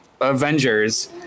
Avengers